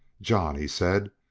john, he said,